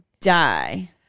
die